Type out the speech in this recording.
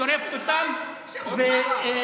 שורפת אותם ומפריעה.